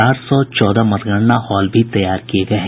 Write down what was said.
चार सौ चौदह मतगणना हॉल भी तैयार किए गए हैं